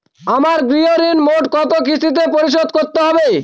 আমার গৃহঋণ মোট কত কিস্তিতে পরিশোধ করতে হবে?